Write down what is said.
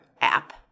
app